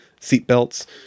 seatbelts